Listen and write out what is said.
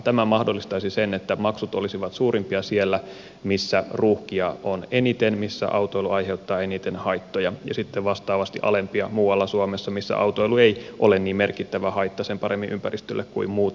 tämä mahdollistaisi sen että maksut olisivat suurimpia siellä missä ruuhkia on eniten missä autoilu aiheuttaa eniten haittoja ja sitten vastaavasti alempia muualla suomessa missä autoilu ei ole niin merkittävä haitta sen paremmin ympäristölle kuin muutenkaan